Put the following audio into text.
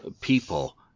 people –